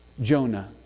Jonah